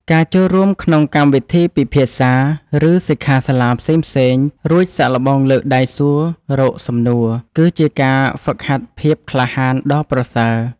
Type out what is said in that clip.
ការចូលរួមក្នុងកម្មវិធីពិភាក្សា ឬសិក្ខាសាលាផ្សេងៗ រួចសាកល្បងលើកដៃសួររកសំណួរ គឺជាការហ្វឹកហាត់ភាពក្លាហានដ៏ប្រសើរ។